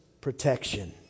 protection